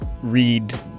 read